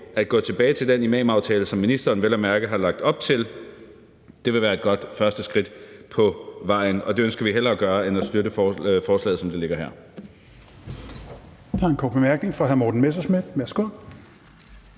at gå tilbage til den imamaftale, hvilket ministeren vel at mærke har lagt op til, vil være et godt første skridt på vejen. Og det ønsker vi hellere at gøre end at støtte forslaget, som det ligger her.